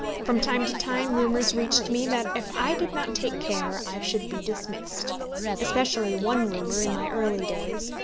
from time to time rumours reached me that if i did not take care i should be dismissed especially one rumour in my early days,